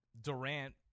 Durant